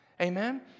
Amen